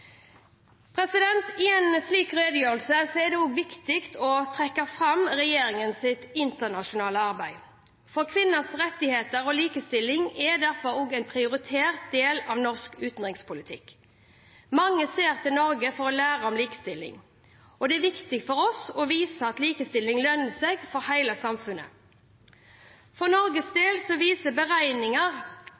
I en redegjørelse som dette er det også viktig å trekke fram regjeringens internasjonale arbeid. Kvinners rettigheter og likestilling er derfor også en prioritert del av norsk utenrikspolitikk. Mange ser til Norge for å lære om likestilling. Det er viktig for oss å vise at likestilling lønner seg for hele samfunnet. For Norges del viser beregninger